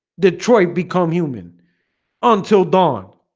detroit become human until dawn